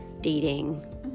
dating